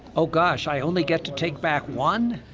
oh, gosh, i only get to take back one?